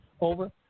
over